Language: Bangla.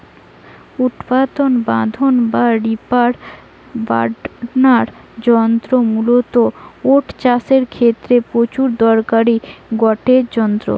উৎপাটন বাঁধন বা রিপার বাইন্ডার যন্ত্র মূলতঃ ওট চাষের ক্ষেত্রে প্রচুর দরকারি গটে যন্ত্র